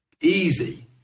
easy